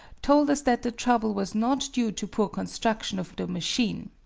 told us that the trouble was not due to poor construction of the machine.